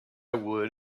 would